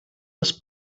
els